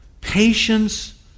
Patience